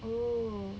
oo